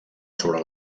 sobre